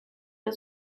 der